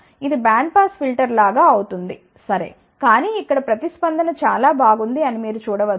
ఇది band pass filter లాగా అవుతుంది సరే కానీ ఇక్కడ ప్రతిస్పందన చాలా బాగుంది అని మీరు చూడ వచ్చు